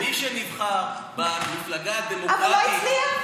מי שנבחר במפלגה הדמוקרטית, אבל לא הצליח.